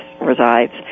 resides